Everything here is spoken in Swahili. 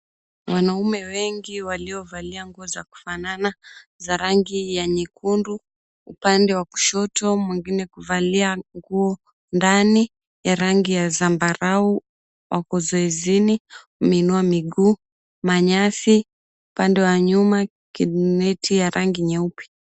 Wanaume wengi, waliovalia nguo za kufanana za rangi ya nyekundu, upande wa kushoto. Mwingine amevalia nguo za ndani za rangi ya zambarau. Wako zoezini, wameinua miguu. Manyasi upande wa nyuma, neti ya rangi nyeupe.